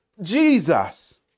Jesus